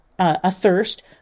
athirst